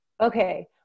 Okay